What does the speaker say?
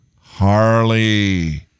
Harley